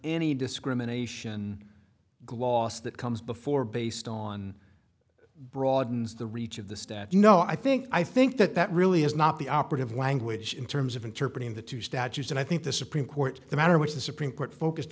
any discrimination gloss that comes before based on broadens the reach of the stat you know i think i think that that really is not the operative language in terms of interpret in the two statutes and i think the supreme court the matter which the supreme court focused